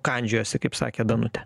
kandžiojasi kaip sakė danutė